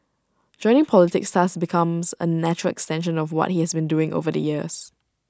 joining politics thus becomes A natural extension of what he has been doing over the years